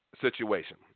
situation